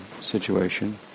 situation